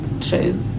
true